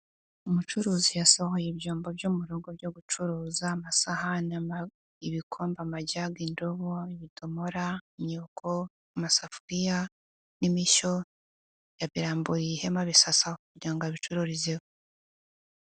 Umucuruzi yasohoye ibyombo byo mu rugo byo gucuruza; amasahani, ibikombe, amajyaga, indobo, ibidomora, imyuko, amasafuriya, n'imishyo. Yabiramburiye ihema abisasaho kugira ngo abicururizeho.